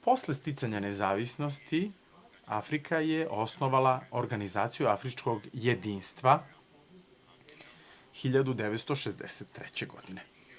Posle sticanja nezavisnosti Afrika je osnovala organizaciju afričkog jedinstva 1963. godine.